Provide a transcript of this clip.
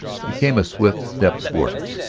he came a swift step toward her.